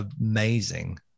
amazing